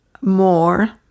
more